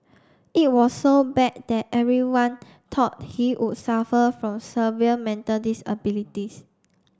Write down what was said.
it was so bad that everyone thought he would suffer from severe mental disabilities